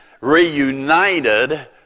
reunited